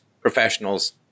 professionals